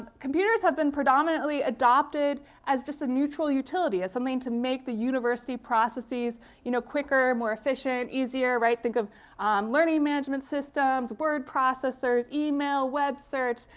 computers have been predominantly adopted as just a neutral utility. as something to make the university processes you know quicker, more efficient, easier. right? think of learning management systems. word processors. email. web search.